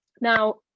now